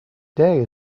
day